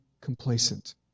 complacent